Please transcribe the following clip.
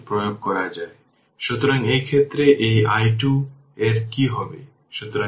যেহেতু একটি ইন্ডাক্টর এর মাধ্যমে কারেন্ট তাৎক্ষণিকভাবে পরিবর্তন করতে পারে না তার মানে I0 I0 2031 অ্যাম্পিয়ার